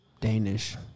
Danish